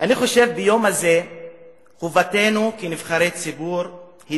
אני חושב שביום הזה חובתנו כנבחרי ציבור היא